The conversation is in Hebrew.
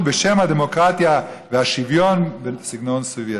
בשם הדמוקרטיה והשוויון בסגנון סובייטי.